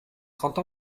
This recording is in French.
trente